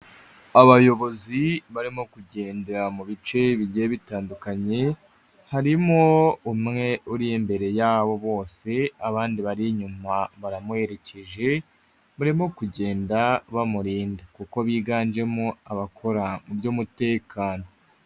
Abayobozi barimo kugendera mu bice bigiye bitandukanye, harimo umwe uri imbere yabo bose abandi bari inyuma baramuherekeje, barimo kugenda bamurinda kuko biganjemo abakora mu by'umutekano.